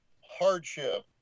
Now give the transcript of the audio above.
hardship